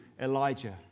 Elijah